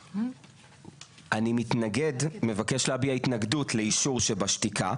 אני מתנגד, מבקש להביע התנגדות לאישור שבשתיקה.